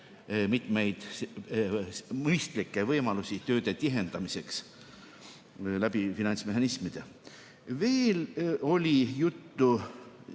mitmeid mõistlikke võimalusi tööde tihendamiseks finantsmehhanismide kaudu. Veel oli juttu